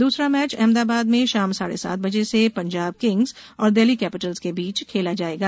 दूसरा मैच अहमदाबाद में शाम साढे सात बजे से पंजाब किंग्स और दिल्ली कैपिटल्स के बीच खेला जाएगा